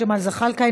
ג'מאל זחאלקה,